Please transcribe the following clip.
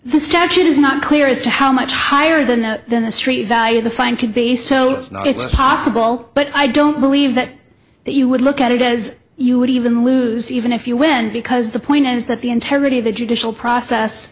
the statute is not clear as to how much higher than the street value the fine could be so it's possible but i don't believe that that you would look at it as you would even lose even if you win because the point is that the integrity of the judicial process